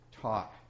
talk